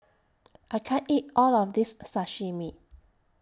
I can't eat All of This Sashimi